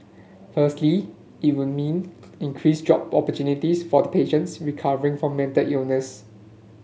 firstly it will mean increased job opportunities for patients recovering from mental illness